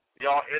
y'all